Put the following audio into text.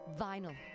vinyl